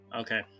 okay